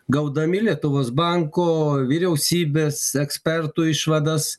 gaudami lietuvos banko vyriausybės ekspertų išvadas